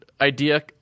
idea